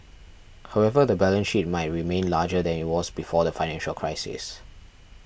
however the balance sheet might remain larger than it was before the financial crisises